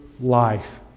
life